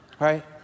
Right